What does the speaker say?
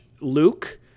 Luke